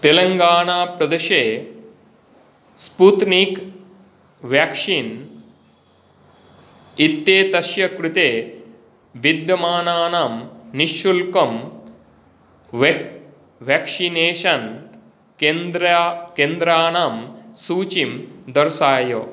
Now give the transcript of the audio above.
तेलङ्गानाप्रदेशे Sputnik vaccine इत्येतस्य कृते विद्यमानानां निःशुल्कं वेक् व्याक्सि नेषन् केन्द्रा केन्द्राणां सूचिं दर्शय